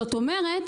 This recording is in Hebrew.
זאת אומרת,